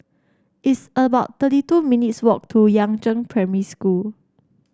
it's about thirty two minutes' walk to Yangzheng Primary School